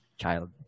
child